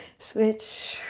switch.